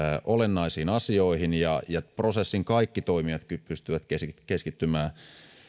olennaisiin asioihin ja ja prosessin kaikki toimijat pystyvät keskittymään